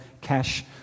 cash